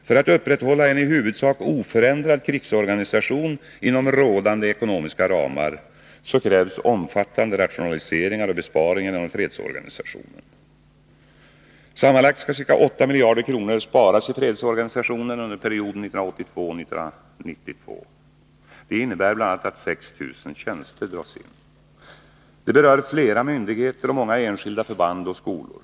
För att upprätthålla en i huvudsak oförändrad krigsorganisation inom rådande ekonomiska ramar krävs omfattande rationaliseringar och besparingar inom fredsorganisationen. Sammanlagt skall ca 8 miljarder kronor sparas i fredsorganisationen under perioden 1982-1992. Det innebär bl.a. att 6 000 tjänster skall drasin. Detta berör flera myndigheter och många enskilda förband och skolor.